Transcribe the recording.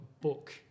book